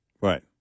Right